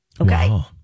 Okay